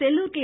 Sellur K